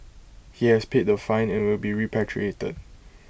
he has paid the fine and will be repatriated